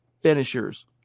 finishers